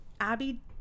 Abby